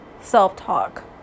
self-talk